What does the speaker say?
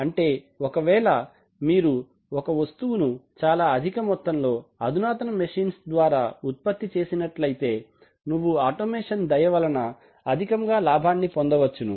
అంటే ఒకవేళ మీరు ఒక వస్తువును చాలా అధిక మొత్తం లో అధునాతన మెషీన్స్ ద్వారా ఉత్పత్తి చేసినట్లైతే నువ్వు ఆటోమేషన్ దయ వలన అధికముగా లాభాన్ని పొందవచ్చును